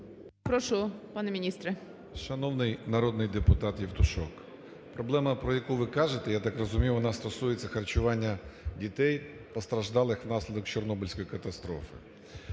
Прошу, пане міністре! 11:05:23 РЕВА А.О. Шановний народний депутат Євтушок, проблема, про яку ви кажете, я так розумію, вона стосується харчування дітей, постраждали внаслідок Чорнобильської катастрофи.